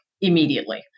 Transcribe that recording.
immediately